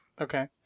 Okay